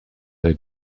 they